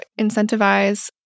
incentivize